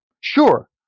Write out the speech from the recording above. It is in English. sure